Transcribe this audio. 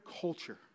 culture